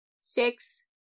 Six